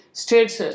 states